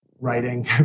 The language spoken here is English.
writing